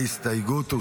ההסתייגות הוסרה.